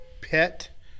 pet